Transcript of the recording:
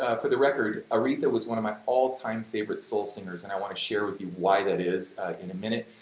ah for the record, aretha was one of my all-time favorite soul singers and i want to share with you why that is in a minute.